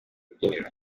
rubyiniro